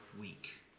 week